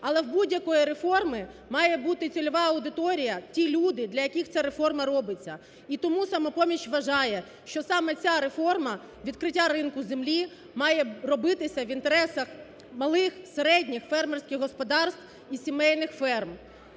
Але в будь-якої реформи має бути цільова аудиторія – ті люди, для яких ця реформам робиться. І тому "Самопоміч" вважає, що саме ця реформа – відкриття ринку землі має робитися інтересах малих, середніх фермерських господарств і сімейних ферм.